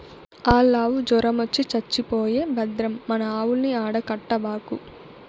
ఆల్లావు జొరమొచ్చి చచ్చిపోయే భద్రం మన ఆవుల్ని ఆడ కట్టబాకు